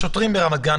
השוטרים ברמת גן,